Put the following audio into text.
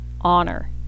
Honor